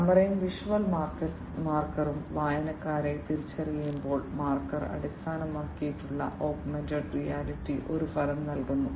ക്യാമറയും വിഷ്വൽ മാർക്കറും വായനക്കാരനെ തിരിച്ചറിയുമ്പോൾ മാർക്കർ അടിസ്ഥാനമാക്കിയുള്ള ഓഗ്മെന്റഡ് റിയാലിറ്റി ഒരു ഫലം നൽകുന്നു